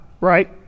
right